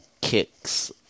kicks